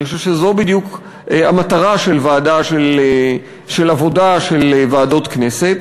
אני חושב שזו בדיוק המטרה של עבודה של ועדות כנסת.